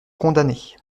condamner